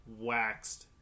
waxed